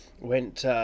went